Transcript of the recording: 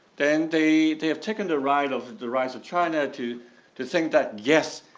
then they they have taken the right of the rise of china to to think that yes,